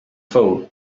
phone